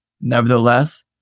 nevertheless